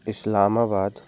Islamabad